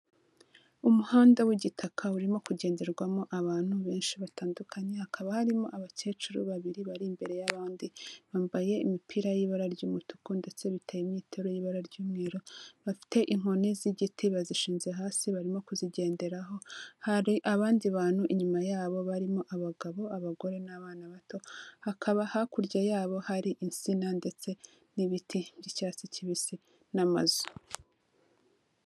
Umuhanda w'igitaka urimo kugenderwamo abantu benshi batandukanye, hakaba harimo abakecuru babiri bari imbere y'abandi bambaye imipira y'ibara ry'umutuku ndetse biteye imyitero y'ibara ry'umweru, bafite inkoni z'igiti bazishinze hasi barimo kuzigenderaho, hari abandi bantu inyuma yabo barimo abagabo, abagore n'abana bato, hakaba hakurya yabo hari insina ndetse n'ibiti by'icyatsi kibisi n'amazu.